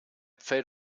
fer